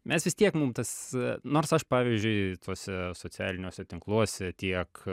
mes vis tiek mum tas nors aš pavyzdžiui tuose socialiniuose tinkluose tiek